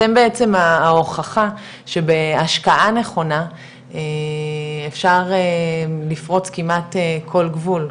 אתם בעצם ההוכחה שבהשקעה נכונה אפשר לפרוץ כמעט כל גבול,